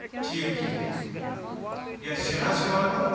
ٹھیٖک ٹھیٖک یتھ شیٚے حظ چھِ واتان